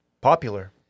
Popular